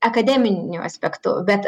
akademiniu aspektu bet